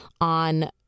on